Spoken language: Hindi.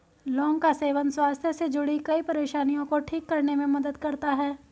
लौंग का सेवन स्वास्थ्य से जुड़ीं कई परेशानियों को ठीक करने में मदद करता है